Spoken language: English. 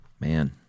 Man